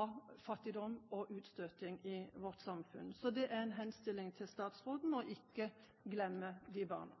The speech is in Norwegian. av fattigdom og utstøting i vårt samfunn. Så det er en henstilling til statsråden om ikke å glemme de barna.